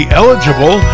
eligible